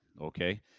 okay